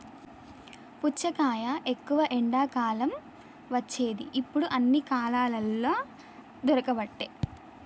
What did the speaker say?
పుచ్చకాయ ఎక్కువ ఎండాకాలం వచ్చేది ఇప్పుడు అన్ని కాలాలల్ల దొరుకబట్టె